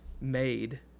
made